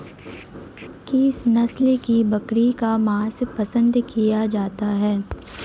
किस नस्ल की बकरी का मांस पसंद किया जाता है?